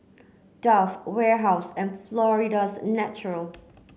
Dove Warehouse and Florida's Natural